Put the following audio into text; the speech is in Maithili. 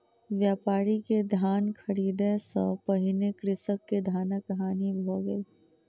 व्यापारी के धान ख़रीदै सॅ पहिने कृषक के धानक हानि भ गेल